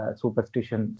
superstition